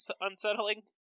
unsettling